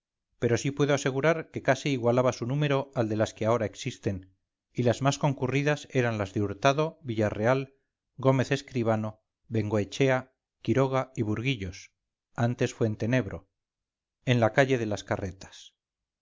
pero sí puedo asegurar que casi igualaba su número al de las que ahora existen y las más concurridas eran las de hurtado villarreal gómez escribano bengoechea quiroga y burguillos antes fuentenebro en la calle de las carretas